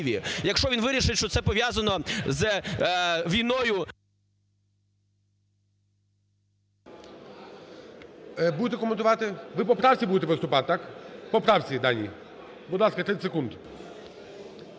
якщо він вирішить, що це пов'язано з війною…